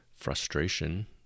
Frustration